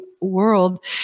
world